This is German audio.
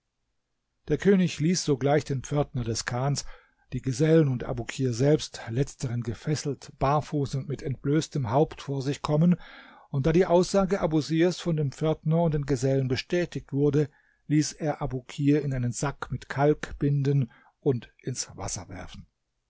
der könig ließ sogleich den pförtner des chans die gesellen und abukir selbst letzteren gefesselt barfuß und mit entblößtem haupt vor sich kommen und da die aussage abusirs von dem pförtner und den gesellen bestätigt wurde ließ er abukir in einen sack mit kalk binden und ins wasser werfen